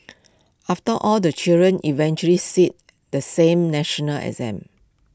after all the children eventually sit the same national exam